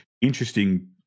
interesting